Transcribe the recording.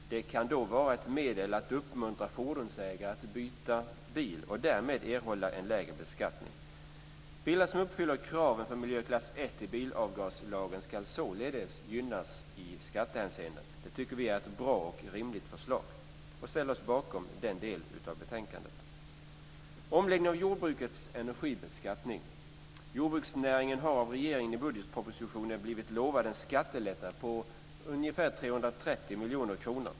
Det kan då vara ett medel att uppmuntra fordonsägare att byta bil och därmed erhålla en lägre beskattning. Bilar som uppfyller kraven för miljöklass 1 i bilavgaslagen ska således gynnas i skattehänseende. Det tycker vi är ett bra och rimligt förslag och ställer oss bakom den delen av betänkandet. När det gäller omläggningen av jordbrukets energibeskattning har jordbruksnäringen av regeringen i budgetpropositionen blivit lovad en skattelättnad på ungefär 330 miljoner kronor.